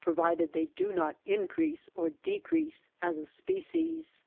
provided they do not increase or de crease as a species!